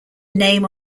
name